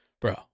bro